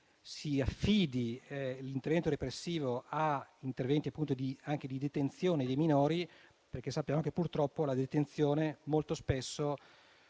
si affidi l'intervento repressivo a misure di detenzione dei minori, perché sappiamo che purtroppo la detenzione molto spesso